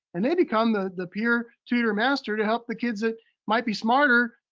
and they become the the peer tutor master to help the kids that might be smarter,